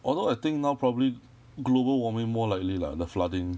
although I think now probably global warming more likely lah the flooding